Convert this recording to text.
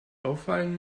auffallen